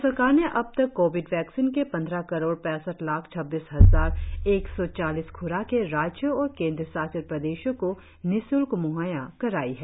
भारत सरकार ने अबतक कोविड वैक्सीन के पंद्रह करोड़ पैसठ लाख छब्बीस हजार एक सौ चालीस ख्राके राज्यों एवं केंद्र शासित प्रदेशों को निश्ल्क म्हैय्या कराई है